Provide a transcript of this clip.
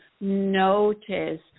notice